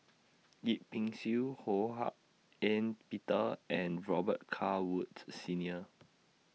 Yip Pin Xiu Ho Hak Ean Peter and Robet Carr Woods Senior